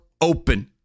open